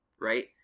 right